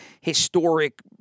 historic